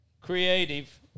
creative